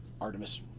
Artemis